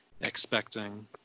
expecting